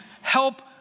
help